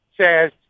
says